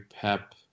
Pep